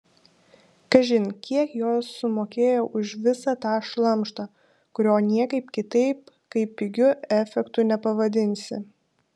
kažin kiek jos sumokėjo už visą tą šlamštą kurio niekaip kitaip kaip pigiu efektu nepavadinsi